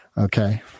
Okay